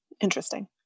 Interesting